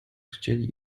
chcieli